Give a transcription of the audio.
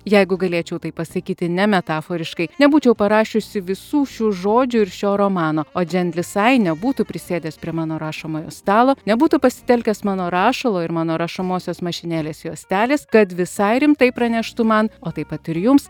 jeigu galėčiau tai pasakyti nemetaforiškai nebūčiau parašiusi visų šių žodžių ir šio romano o dženlis ai nebūtų prisėdęs prie mano rašomojo stalo nebūtų pasitelkęs mano rašalo ir mano rašomosios mašinėlės juostelės kad visai rimtai praneštų man o taip pat ir jums